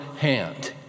hand